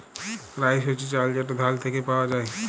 rice হছে চাল যেট ধাল থ্যাইকে পাউয়া যায়